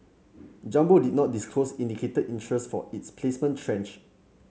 Jumbo did not disclose indicated interest for its placement tranche